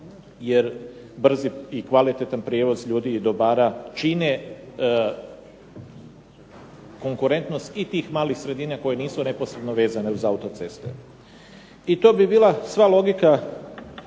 jer brzi i kvalitetni prijevoz ljudi i dobara čine konkurentnost i tih malih sredine koje nisu neposredno vezane uz autoceste. I to bi bila sva logika